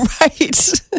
Right